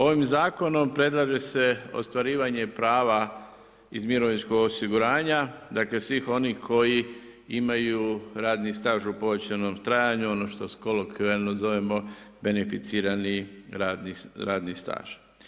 Ovim zakonom predlaže se ostvarivanje prava iz mirovinskog osiguranja, dakle svih onih koji imaju radni staž u povećanom trajanju, ono što kolokvijalno zovemo beneficirani radni staž.